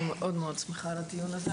אני מאוד-מאוד שמחה על הדיון הזה,